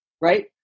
Right